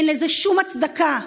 אין לזה שום הצדקה.